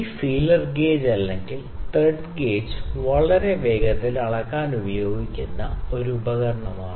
ഈ feeler gauge അല്ലെങ്കിൽ thread gauge വളരെ വേഗത്തിൽ അളക്കാൻ ഉപയോഗിക്കുന്ന ഒരു ഉപകരണമാണ്